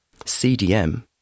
CDM